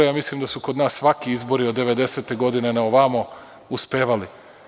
Mislim da su kod nas svaki izbori od 1990. godine na ovamo uspevali.